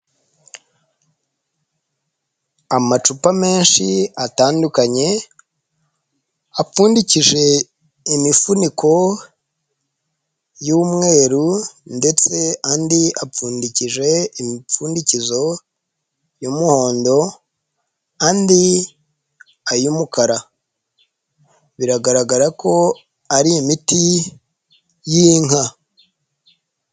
Amacupa menshi atandukanye apfundikije imifuniko y'umweru ndetse andi apfundikije imipfundikizo y'umuhondo andi ay'umukara. Biragaragara ko ari imiti y'inka.